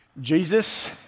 Jesus